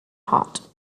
hot